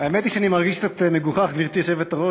האמת היא שאני מרגיש קצת מגוחך, גברתי היושבת-ראש.